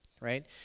right